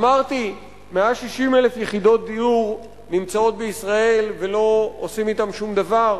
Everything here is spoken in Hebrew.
אמרתי: 160,000 יחידות דיור נמצאות בישראל ולא עושים אתן שום דבר.